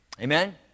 Amen